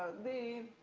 the